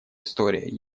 история